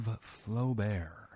Flaubert